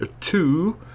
two